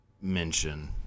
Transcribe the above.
Mention